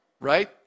Right